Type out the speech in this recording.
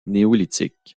néolithique